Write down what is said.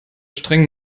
streng